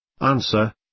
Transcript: Answer